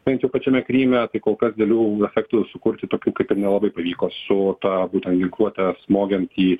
bent jau pačiame kryme tai kol kas delių efektų sukurti tokių kaip ir nelabai pavyko su ta ginkluote smogiant į